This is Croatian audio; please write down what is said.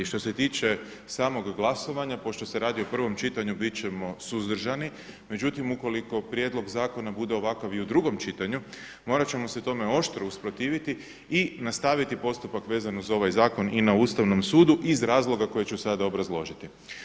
Što se tiče samog glasovanja, pošto se radi o prvom čitanju bit ćemo suzdržani, međutim ukoliko prijedlog zakona bude ovakav i u drugom čitanju morat ćemo se tome oštro usprotiviti i nastaviti postupak vezano uz ovaj zakon i na Ustavnom sudu iz razloga koje ću sada obrazložiti.